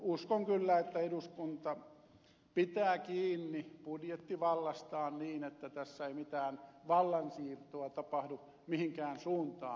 uskon kyllä että eduskunta pitää kiinni budjettivallastaan niin että tässä ei mitään vallansiirtoa tapahdu mihinkään suuntaan